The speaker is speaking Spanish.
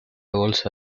bolsa